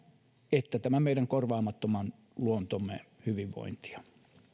että meidän korvaamattoman luontomme hyvinvointia